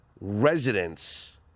residents